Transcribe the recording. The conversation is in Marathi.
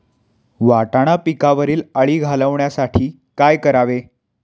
वाटाणा पिकावरील अळी घालवण्यासाठी काय करावे?